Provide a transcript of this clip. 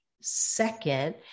second